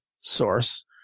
source